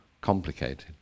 complicated